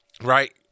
Right